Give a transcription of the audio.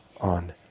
on